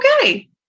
okay